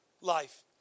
life